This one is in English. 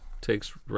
takes